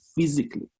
physically